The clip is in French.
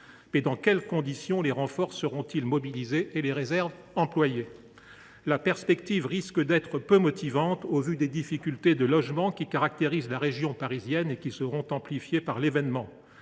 Mais dans quelles conditions les renforts seront ils mobilisés et les réserves employées ? La perspective risque d’être peu motivante, au vu des difficultés de logement caractéristiques de la région parisienne, qui seront amplifiées par l’événement.